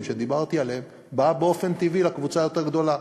שדיברתי עליהם באה באופן טבעי לקבוצה היותר-גדולה,